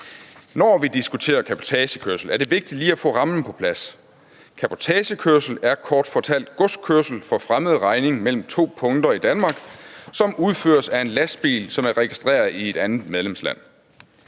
Når vi diskuterer cabotagekørsel, er det vigtigt lige at få rammen på plads. Cabotagekørsel er kort fortalt godskørsel for fremmed regning mellem to punkter i Danmark, som udføres af en lastbil, som er registreret i et andet medlemsland.